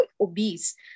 obese